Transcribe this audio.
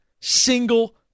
single